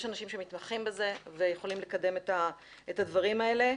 יש אנשים שמתמחים בזה ויכולים לקדם את הדברים האלה.